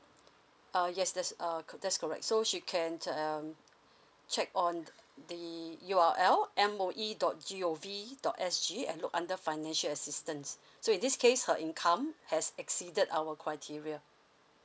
uh yes that's err that's correct so she can just um check on the U_R_L M O E dot G O V dot S G and look under financial assistance so in this case her income has exceeded our criteria